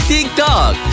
TikTok